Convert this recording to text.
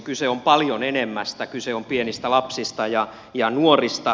kyse on paljon enemmästä kyse on pienistä lapsista ja nuorista